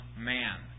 man